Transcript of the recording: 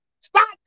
Stop